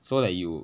so that you